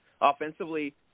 offensively